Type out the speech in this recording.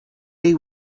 they